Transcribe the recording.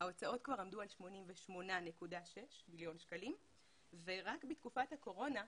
ההוצאות עמדו כבר על 88.6 מיליון שקלים ורק בתקופת הקורונה,